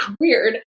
weird